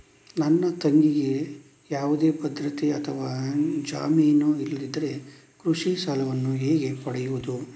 ನನ್ನ ತಂಗಿಗೆ ಯಾವುದೇ ಭದ್ರತೆ ಅಥವಾ ಜಾಮೀನು ಇಲ್ಲದಿದ್ದರೆ ಕೃಷಿ ಸಾಲವನ್ನು ಹೇಗೆ ಪಡೆಯುದು?